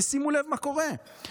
ושימו לב מה קורה,